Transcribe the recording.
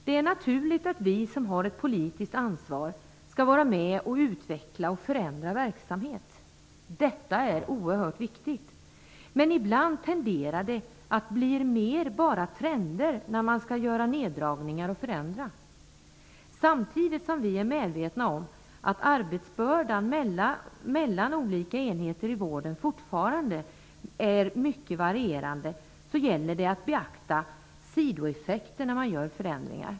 Det är naturligt att vi som har ett politiskt ansvar skall vara med och utveckla och förändra verksamhet. Detta är oerhört viktigt. Men ibland tenderar det att bli enbart trender när man skall göra neddragningar och förändra. Samtidigt som vi är medvetna om att arbetsbördan mellan olika enheter i vården fortfarande är mycket varierande gäller det att beakta sidoeffekter när man gör förändringar.